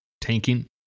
tanking